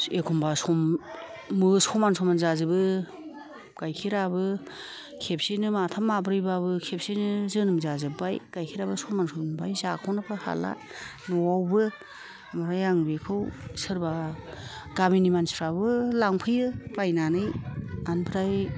एखनबा सम समान समान जाजोबो गाइखेराबो खेबसेनो माथाम माब्रैबाबो खेबसेनो जोनोम जाजोबबाय गाइखेराबो समान मोनबाय जाख'नोबो हाला न'आवबो ओमफ्राय आं बिखौ सोरबा गामिनि मानसिफ्राबो लांफैयो बायनानै ओमफ्राय